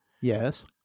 yes